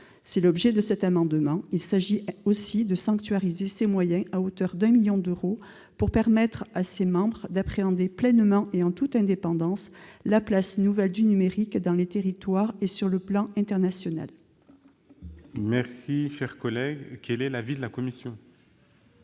C'est l'objet de cet amendement. Il s'agit aussi de sanctuariser ses moyens à hauteur de 1 million d'euros, pour permettre à ses membres d'appréhender pleinement et en toute indépendance la place nouvelle du numérique dans les territoires et sur le plan international. Bonne idée ! Quel est l'avis de la commission ?